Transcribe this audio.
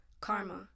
karma